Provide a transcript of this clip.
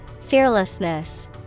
Fearlessness